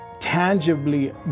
Tangibly